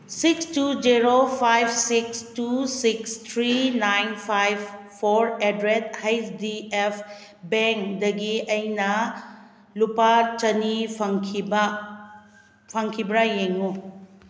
six two zero five six two six three nine five four eight ꯗ ꯔꯦꯗ ꯍꯩꯁ ꯗꯤ ꯑꯦꯐ ꯕꯦꯡꯗꯒꯤ ꯑꯩꯅ ꯂꯨꯄꯥ ꯆꯅꯤ ꯐꯪꯈꯤꯕꯥ ꯐꯪꯈꯤꯕ꯭ꯔꯥ ꯌꯦꯡꯎ